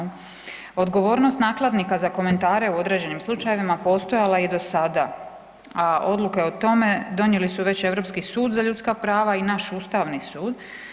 Odgovornost nakladnika za komentare u određenim slučajevima postojala je i do sada, a odluke o tome donijeli su već Europski sud za ljudska prava i naš Ustavni sud.